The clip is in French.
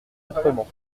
autrement